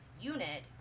Unit